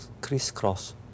crisscross